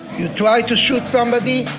you try to shoot somebody?